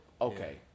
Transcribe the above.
okay